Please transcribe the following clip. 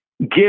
give